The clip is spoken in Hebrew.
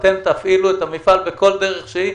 אתם תפעילו את המפעל בכל דרך שהיא,